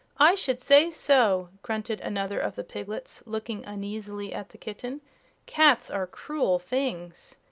i should say so! grunted another of the piglets, looking uneasily at the kitten cats are cruel things.